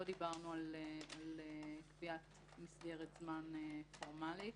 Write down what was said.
לא דיברנו על קביעת זמן פורמלית,